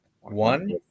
one